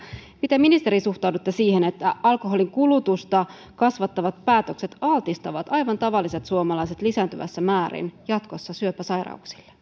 miten ministeri suhtaudutte siihen että alkoholinkulutusta kasvattavat päätökset altistavat aivan tavalliset suomalaiset lisääntyvässä määrin jatkossa syöpäsairauksille